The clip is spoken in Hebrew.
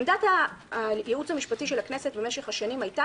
עמדת הייעוץ המשפטי של הכנסת במשך השנים הייתה